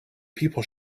people